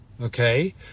Okay